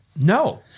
No